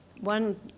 one